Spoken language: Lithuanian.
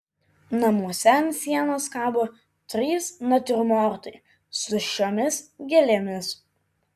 namuose ant sienos kabo trys natiurmortai su šiomis gėlėmis